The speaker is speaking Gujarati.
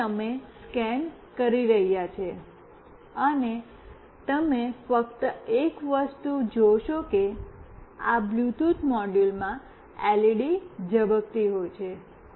તેથી અમે સ્કેન કરી રહ્યાં છીએ અને તમે ફક્ત એક વસ્તુ જોશો કે આ બ્લૂટૂથ મોડ્યુલમાં એલઇડી ઝબકતી છે